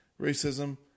racism